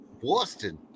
Boston